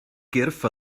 gyrff